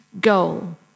goal